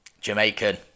Jamaican